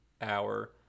hour